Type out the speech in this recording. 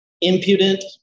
impudent